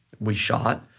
we shot,